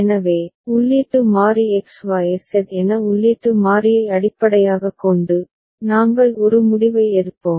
எனவே உள்ளீட்டு மாறி x y z என உள்ளீட்டு மாறியை அடிப்படையாகக் கொண்டு நாங்கள் ஒரு முடிவை எடுப்போம்